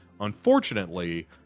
unfortunately